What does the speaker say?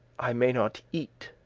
i may not eat,